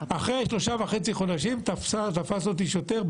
אחרי שלושה וחצי חודשים תפס אותי שוטר,